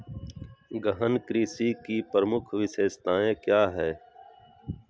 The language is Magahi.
गहन कृषि की प्रमुख विशेषताएं क्या है?